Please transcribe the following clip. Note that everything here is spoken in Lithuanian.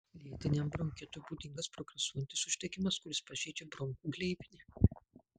lėtiniam bronchitui būdingas progresuojantis uždegimas kuris pažeidžia bronchų gleivinę